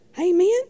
Amen